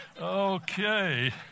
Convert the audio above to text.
Okay